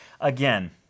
Again